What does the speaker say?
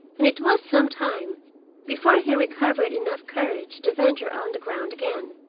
and it was some time before he recovered enough courage to venture on the ground again.